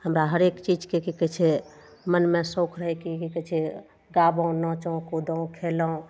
हमरा हरेक चीजके की कहय छै मनमे शौक रहय की कि कहय छै गाबौ नाचौ कूदौ खेलौ